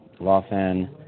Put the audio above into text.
Lawfan